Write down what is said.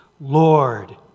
Lord